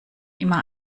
immer